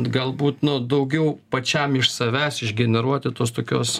galbūt nu daugiau pačiam iš savęs išgeneruoti tos tokios